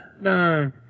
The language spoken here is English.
No